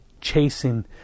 chasing